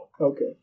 Okay